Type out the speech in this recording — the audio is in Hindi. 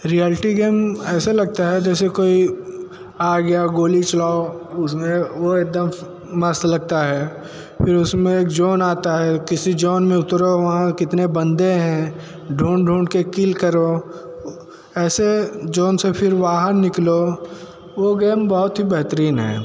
रियालटी गेम ऐसे लगता है जैसे कोई आ गया गोली चलाओ उसमें वो एक दम मस्त लगता है फिर उसमें एक जो ना आता है किसी जो ना में उतरो वहाँ कितने बंदे हैं ढूंढ ढूंढ के किल करो ऐसे जो ना से फिर बाहर निकलो वो गेम बहुत ही बेहतरीन है